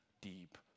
deep